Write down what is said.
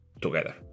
together